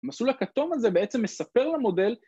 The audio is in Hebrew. ‫המסלול הכתום הזה בעצם מספר למודל...